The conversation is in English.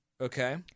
Okay